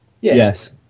Yes